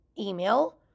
email